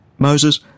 Moses